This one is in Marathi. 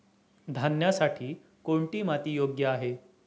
धान्यासाठी कोणती माती योग्य आहे?